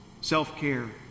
self-care